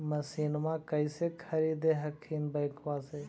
मसिनमा कैसे खरीदे हखिन बैंकबा से?